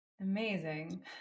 amazing